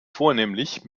vornehmlich